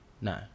No